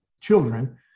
children